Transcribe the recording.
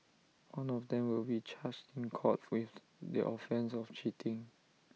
one of them will be charged in court with the offence of cheating